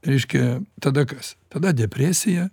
reiškia tada kas tada depresija